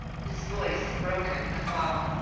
his voice broken with awe,